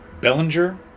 Bellinger